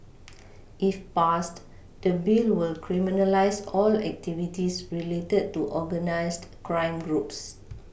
if passed the Bill will criminalise all activities related to organised crime groups